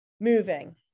moving